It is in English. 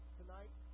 tonight